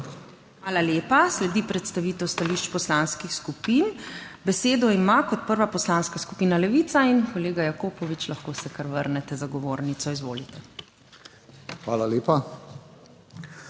Hvala lepa. Sledi predstavitev stališč poslanskih skupin. Besedo ima kot prva poslanska skupina Levica in kolega Jakopovič, Lahko se kar vrnete za govornico. Izvolite. **MILAN